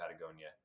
Patagonia